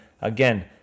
again